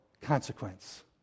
consequence